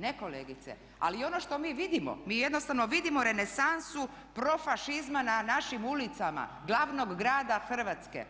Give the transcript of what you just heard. Ne kolegice, ali i ono što mi vidimo, mi jednostavno vidimo renesansu profašizma na našim ulicama glavnog grada Hrvatske